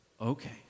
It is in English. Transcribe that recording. Okay